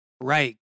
right